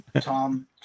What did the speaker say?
Tom